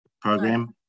program